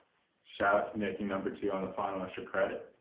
shout out to making number two on the final extra credit.